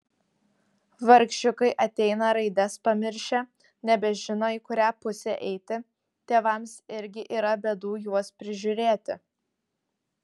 vargšiukai ateina raides pamiršę nebežino į kurią pusę eiti tėvams irgi yra bėdų juos prižiūrėti